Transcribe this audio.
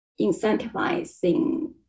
incentivizing